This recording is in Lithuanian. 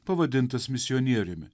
pavadintas misionieriumi